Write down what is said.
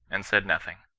and said nothing.